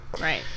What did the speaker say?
Right